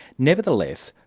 nevertheless,